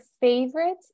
favorite